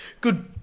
good